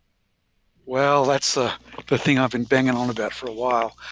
well, that's the the thing i've been banging on about for a while.